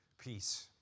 peace